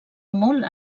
molt